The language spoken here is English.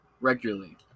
regularly